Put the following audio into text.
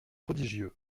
prodigieux